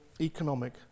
economic